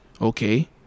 okay